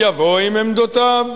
יבוא עם עמדותיו,